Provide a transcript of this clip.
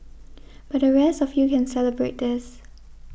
but the rest of you can celebrate this